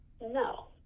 no